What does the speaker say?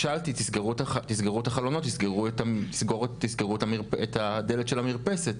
שאלתי תסגרו את החלונות, תסגרו את הדלת של המרפסת.